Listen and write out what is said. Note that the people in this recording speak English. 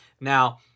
Now